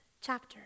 chapter